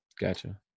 Gotcha